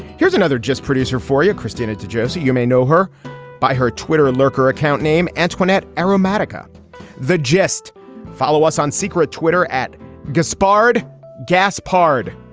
here's another just producer for you christina. to jose you may know her by her twitter lurker account name antoinette aromatic. ah the gist follow us on secret twitter at gas sparred gas hard.